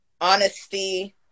honesty